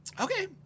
Okay